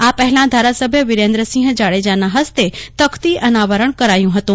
આ પહેલાં ધારાસભ્ય વીરેન્દ્રસિંહ જાડેજાના હસ્તે તકતી અનાવરણ કરાયું હતું